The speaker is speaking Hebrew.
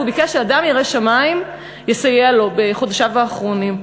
והוא ביקש שאדם ירא שמים יסייע לו בחודשיו האחרונים.